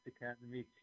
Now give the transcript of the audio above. Academy